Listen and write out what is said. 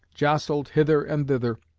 jostled hither and thither,